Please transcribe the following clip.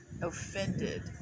offended